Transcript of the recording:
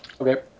Okay